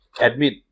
admit